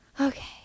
Okay